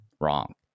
wrong